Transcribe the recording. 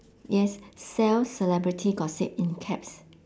yes sell celebrity gossip in caps